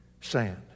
sand